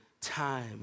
time